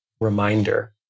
reminder